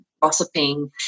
gossiping